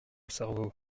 cerveau